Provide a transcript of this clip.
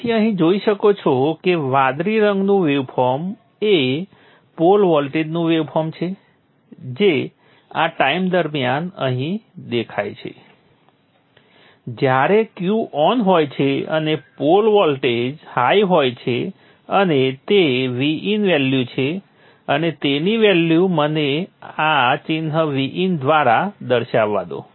તેથી અહીં જોઈ શકો છો કે વાદળી રંગનું વેવફોર્મ એ પોલ વોલ્ટેજનું વેવફોર્મ છે જે આ ટાઈમ દરમિયાન અહીં દેખાય છે જ્યારે Q ઓન હોય છે અને પોલ વોલ્ટેજ હાઇ હોય છે અને તે vin વેલ્યુ છે અને તેનું વેલ્યુ મને આ ચિહ્ન Vin દ્વારા દર્શાવવા દો